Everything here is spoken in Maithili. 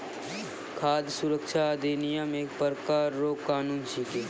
खाद सुरक्षा अधिनियम एक प्रकार रो कानून छिकै